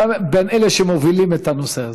אתה בין אלה שמובילים את הנושא הזה.